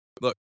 look